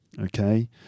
Okay